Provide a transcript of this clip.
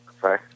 Sorry